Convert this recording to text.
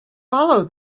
follow